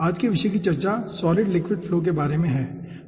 आज के विषय की चर्चा सॉलिड लिक्विड फ्लो के बारे में है ठीक है